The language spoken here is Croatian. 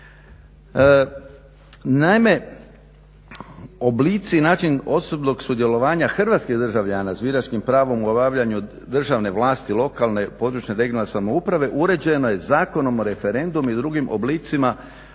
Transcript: Naime, oblici i način osobnog sudjelovanja hrvatskih državljana s biračkim pravom u obavljanju državne vlasti, lokalne, područne, regionalne samouprave uređeno je Zakonom o referendumu i drugim oblicima